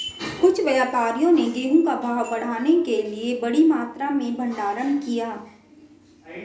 कुछ व्यापारियों ने गेहूं का भाव बढ़ाने के लिए बड़ी मात्रा में भंडारण किया